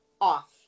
off